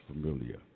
familiar